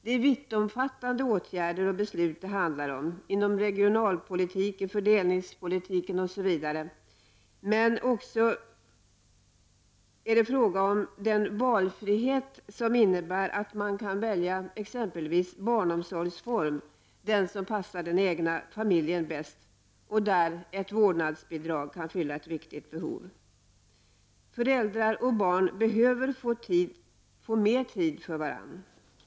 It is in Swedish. Det är vittomfattande åtgärder och beslut som det handlar om inom regionalpolitiska, fördelningspolitiska m.fl. områden, men det är också fråga om den valfrihet som det innebär att kunna välja den barnomsorgsform som passar den egna familjen bäst och där ett vårdnadsbidrag kan fylla ett viktigt behov. Föräldrar och barn behöver få mer tid för varandra.